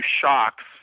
shocks